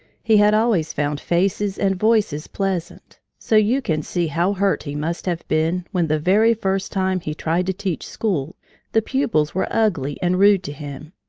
he had always found faces and voices pleasant. so you can see how hurt he must have been when the very first time he tried to teach school the pupils were ugly and rude to him.